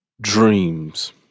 dreams